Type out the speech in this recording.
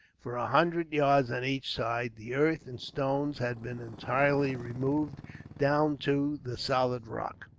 for a hundred yards on each side, the earth and stones had been entirely removed down to the solid rock.